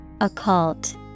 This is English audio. Occult